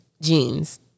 jeans